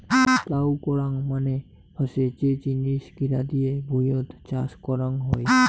plough করাং মানে হসে যে জিনিস গিলা দিয়ে ভুঁইয়ত চাষ করং হই